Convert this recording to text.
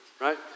right